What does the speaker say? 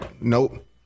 nope